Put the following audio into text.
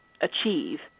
achieve